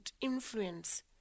influence